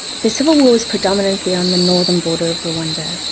the civil war was predominantly on the northern border of rwanda.